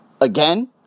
again